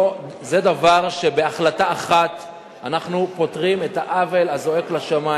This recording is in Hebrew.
זה דבר שבהחלטה אחת אנחנו פותרים את העוול הזועק לשמים